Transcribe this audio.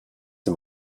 zum